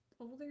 older